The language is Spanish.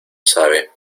sabe